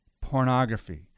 pornography